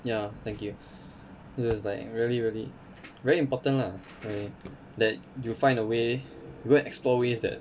ya thank you it was like really really very important lah really that you find a way you go and explore ways that